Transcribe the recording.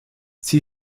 sie